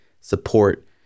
support